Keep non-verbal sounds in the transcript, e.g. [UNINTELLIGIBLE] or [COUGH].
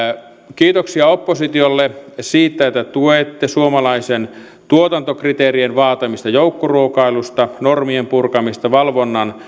kiitoksia oppositiolle siitä että tuette suomalaisten tuotantokriteerien vaatimista joukkoruokailusta normien purkamista valvonnan [UNINTELLIGIBLE]